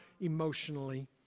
emotionally